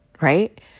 right